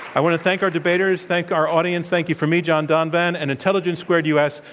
i want to thank our debaters, thank our audience. thank you from me, john donvan, and intelligence squared u. s.